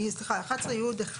ל-11(י1).